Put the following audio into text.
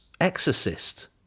Exorcist